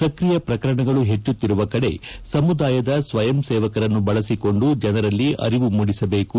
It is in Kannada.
ಸಕ್ರಿಯ ಪ್ರಕರಣಗಳು ಹೆಚ್ಚುತ್ತಿರುವ ಕಡೆ ಸಮುದಾಯದ ಸ್ವಯಂಸೇವಕರನ್ನು ಬಳಸಿಕೊಂಡು ಜನರಲ್ಲಿ ಅರಿವು ಮೂಡಿಸಬೇಕು